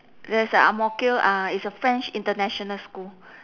there's a ang mo kio ah it's a french international school